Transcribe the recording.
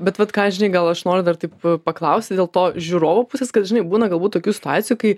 bet vat ką žinai gal aš noriu dar taip paklausti dėl to žiūrovų pusės kad žinai būna galbūt tokių situacijų kai